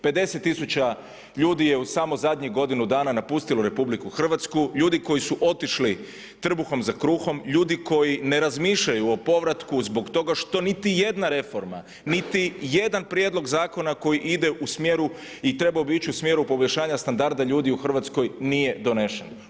50000 ljudi je u samo zadnjih godinu dana napustilo Republiku Hrvatsku, ljudi koji su otišli trbuhom za kruhom, ljudi koji ne razmišljaju o povratku zbog toga što niti jedna reforma, niti jedan prijedlog zakona koji ide u smjeru i trebao bi ići u smjeru poboljšanja standarda ljudi u Hrvatskoj nije donesen.